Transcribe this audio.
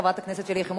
חבר הכנסת איתן כבל,